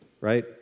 right